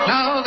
Now